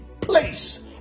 place